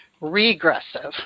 regressive